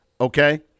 okay